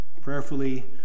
prayerfully